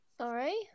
Sorry